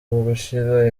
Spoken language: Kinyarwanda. gushyira